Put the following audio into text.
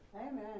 Amen